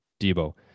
Debo